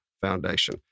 Foundation